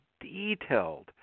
detailed